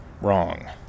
wrong